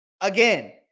Again